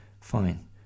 fine